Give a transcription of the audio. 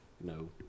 No